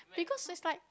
because it's like